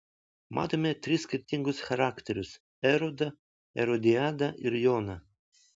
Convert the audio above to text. matome tris skirtingus charakterius erodą erodiadą ir joną